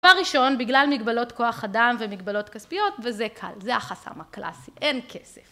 דבר ראשון, בגלל מגבלות כוח אדם ומגבלות כספיות, וזה קל, זה החסם הקלאסי, אין כסף.